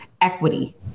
equity